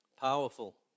Powerful